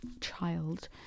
child